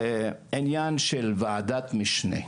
בעניין של ועדת משנה,